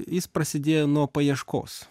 jis prasidėjo nuo paieškos